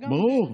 ברור.